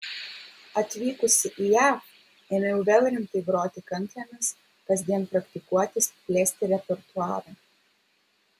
atvykusi į jav ėmiau vėl rimtai groti kanklėmis kasdien praktikuotis plėsti repertuarą